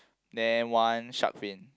then one shark fin